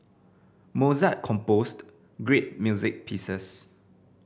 Mozart composed great music pieces